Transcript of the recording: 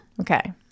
okay